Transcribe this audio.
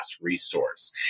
resource